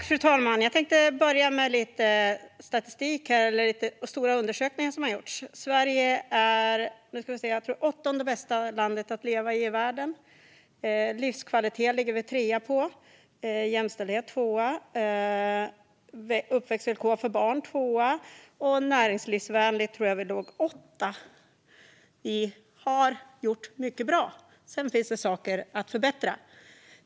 Fru talman! Jag tänkte börja med lite statistik och stora undersökningar som har gjorts. Sverige är, tror jag, det åttonde bästa landet i världen att leva i. När det gäller livskvalitet ligger vi trea, och när det gäller jämställdhet är vi tvåa. När det gäller uppväxtvillkor är vi också tvåa, och när det gäller näringslivsvänlighet tror jag att vi låg åtta. Vi har gjort mycket som är bra. Sedan finns det saker att förbättra.